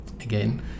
again